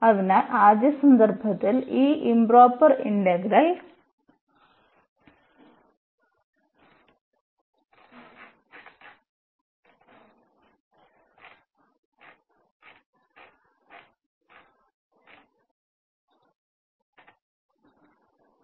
അതിനാൽ ആദ്യ സന്ദർഭത്തിൽ ഈ ഇംപ്റോപർ ഇന്റഗ്രൽ ഞങ്ങൾ ഇതിനെ കൺവെർജിന്റ് എന്ന് വിളിക്കുന്നു